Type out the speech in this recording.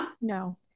No